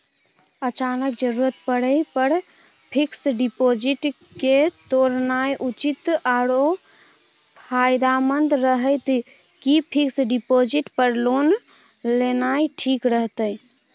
अचानक जरूरत परै पर फीक्स डिपॉजिट के तोरनाय उचित आरो फायदामंद रहतै कि फिक्स डिपॉजिट पर लोन लेनाय ठीक रहतै?